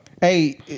Hey